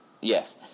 Yes